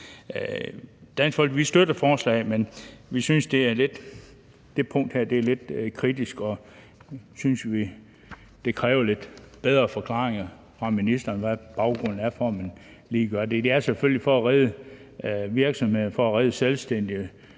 Dansk Folkeparti støtter forslaget, men vi synes, at det punkt her er lidt kritisk, og at det kræver en lidt bedre forklaring fra ministeren på, hvad baggrunden er for, at man gør det. Det er selvfølgelig for at redde virksomheder, for at redde selvstændige,